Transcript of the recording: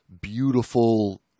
beautiful